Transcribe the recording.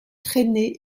traîner